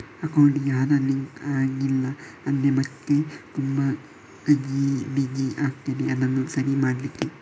ಅಕೌಂಟಿಗೆ ಆಧಾರ್ ಲಿಂಕ್ ಆಗ್ಲಿಲ್ಲ ಅಂದ್ರೆ ಮತ್ತೆ ತುಂಬಾ ಗಜಿಬಿಜಿ ಆಗ್ತದೆ ಅದನ್ನು ಸರಿ ಮಾಡ್ಲಿಕ್ಕೆ